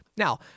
Now